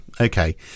Okay